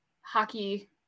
hockey